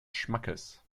schmackes